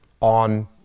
on